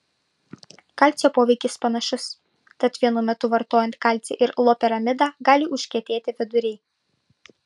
kalcio poveikis panašus tad vienu metu vartojant kalcį ir loperamidą gali užkietėti viduriai